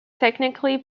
technically